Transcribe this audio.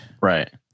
Right